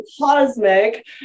cosmic